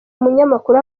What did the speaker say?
umunyamakuru